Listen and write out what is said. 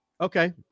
Okay